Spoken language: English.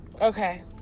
okay